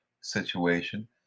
situation